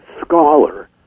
scholar